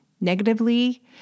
negatively